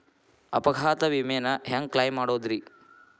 ಅಪಘಾತ ವಿಮೆನ ಹ್ಯಾಂಗ್ ಕ್ಲೈಂ ಮಾಡೋದ್ರಿ?